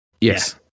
yes